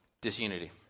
Disunity